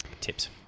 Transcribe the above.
tips